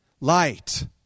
light